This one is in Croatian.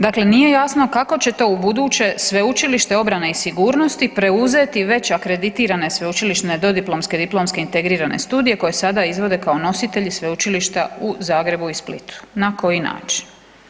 Dakle, nije jasno kako će to ubuduće Sveučilište obrane i sigurnosti preuzeti već akreditirane sveučilišne dodiplomske, diplomske i integrirane studije koje sada izvode kao nositelji Sveučilišta u Zagrebu i Splitu, na koji način?